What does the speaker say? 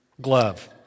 glove